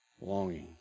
longing